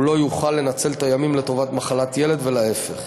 הוא לא יוכל לנצל את הימים לטובת מחלת ילד, ולהפך.